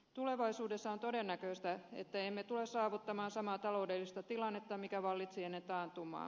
tulevaisuudessa on todennäköistä että emme tule saavuttamaan samaa taloudellista tilannetta mikä vallitsi ennen taantumaa